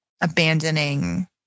abandoning